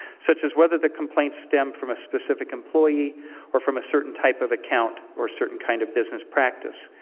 such as whether the complaints stem from a specific employee or from a certain type of account or certain kind of business practice.